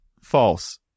False